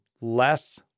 less